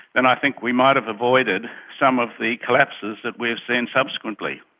then i think we might have avoided some of the collapses that we've seen subsequently.